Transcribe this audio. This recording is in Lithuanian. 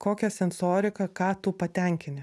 kokią sensoriką ką tu patenkini